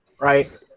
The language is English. right